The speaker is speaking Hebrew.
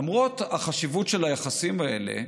למרות החשיבות של היחסים האלה,